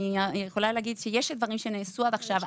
ויש דברים שנעשו עד עכשיו,